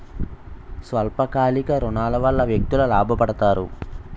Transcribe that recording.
స్వల్ప కాలిక ఋణాల వల్ల వ్యక్తులు లాభ పడతారు